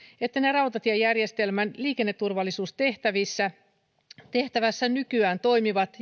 että ne rautatiejärjestelmän liikenneturvallisuustehtävissä nykyään toimivat